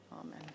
Amen